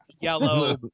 yellow